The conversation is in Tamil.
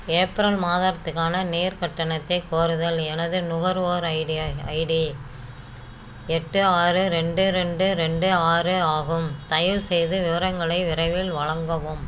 ஏப்ரல் மாதற்துக்கான நீர் கட்டணத்தை கோருதல் எனது நுகர்வோர் ஐடியை ஐடி எட்டு ஆறு ரெண்டு ரெண்டு ரெண்டு ஆறு ஆகும் தயவு செய்து விவரங்களை விரைவில் வழங்கவும்